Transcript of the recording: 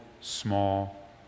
small